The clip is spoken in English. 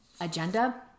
agenda